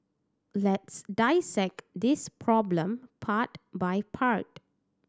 let's dissect this problem part by part